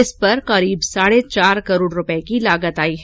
इस पर लगभग साढे चार करोड रूपए की लागत आई है